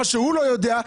מה שהוא לא יודע,